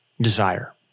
desire